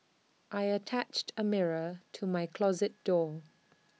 I attached A mirror to my closet door